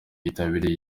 yitabiriye